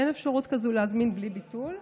אין אפשרות כזאת להזמין בלי ביטול.